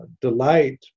delight